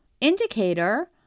indicator